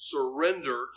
Surrender